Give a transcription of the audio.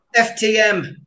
FTM